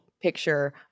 picture